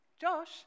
Josh